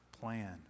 plan